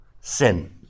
Sin